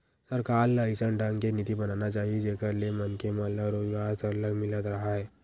सरकार ल अइसन ढंग के नीति बनाना चाही जेखर ले मनखे मन मन ल रोजगार सरलग मिलत राहय